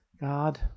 God